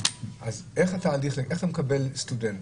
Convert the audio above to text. איך אתה מקבל מעמד סטודנט?